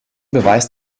beweis